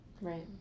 Right